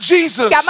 Jesus